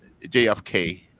JFK